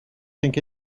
think